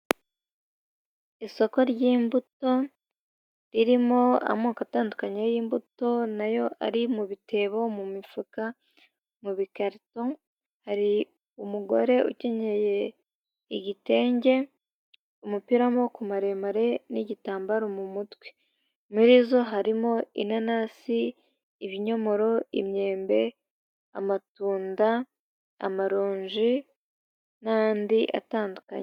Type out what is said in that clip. Isoko ry'imbuto ririmo amoko atandukanye y'imbuto, nayo ari mu bitebo, mu mifuka, mu bikarito. Hari umugore ukenyeye igitenge, umupira w'amaboko maremare, n'igitambaro mu mutwe. Muri zo harimo: ibinyomoro, imyembe, amatunda, amaronji, n'andi atandukanye.